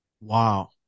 Wow